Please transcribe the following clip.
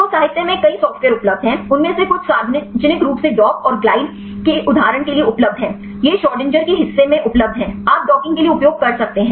तो साहित्य में कई सॉफ्टवेयर उपलब्ध हैं उनमें से कुछ सार्वजनिक रूप से डॉक और ग्लाइड के उदाहरण के लिए उपलब्ध हैं यह श्रोडिंगर Schrodinger के हिस्से में उपलब्ध है आप डॉकिंग के लिए उपयोग कर सकते हैं